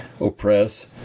oppress